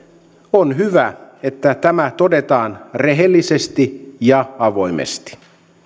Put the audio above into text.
on hyvä että tämä todetaan rehellisesti ja avoimesti